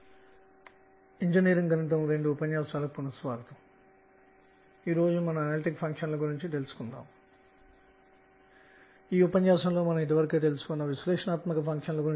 గత ఉపన్యాసంలో మనము పొటెన్షియల్ Vr kr లో ఒక సమతలంలో ఎలక్ట్రాన్ కదులుతున్నట్లు భావించాము ఇది 14π0